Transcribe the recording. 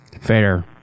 Fair